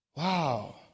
Wow